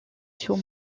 sous